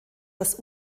das